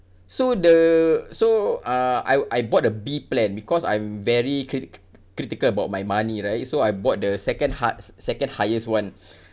so the so uh I I bought a b plan because I'm very critic~ c~ c~ critical about my money right so I bought the second hearts second highest [one]